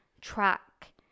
track